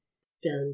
spend